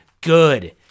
good